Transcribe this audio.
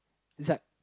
Zad